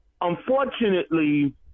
unfortunately